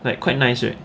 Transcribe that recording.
there quite nice right